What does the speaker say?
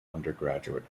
undergraduate